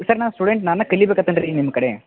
sir ನಾ student ನಾನ ಕಲಿಬೇಕತನ್ ರೀ ನಿಮ್ಮ ಕಡೆ